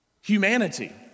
Humanity